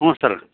ಹ್ಞೂ ಸರ